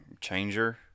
changer